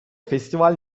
festival